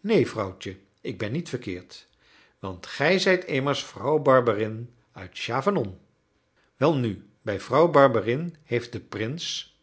neen vrouwtje ik ben niet verkeerd want gij zijt immers vrouw barberin uit chavanon welnu bij vrouw barberin heeft de prins